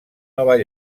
nova